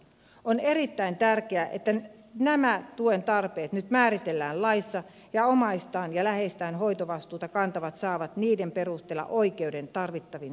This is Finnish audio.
on erittäin tärkeää että nämä tuen tarpeet nyt määritellään laissa ja omaisistaan ja läheisistään hoitovastuuta kantavat saavat niiden perusteella oikeuden tarvittaviin sosiaalipalveluihin